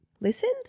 listen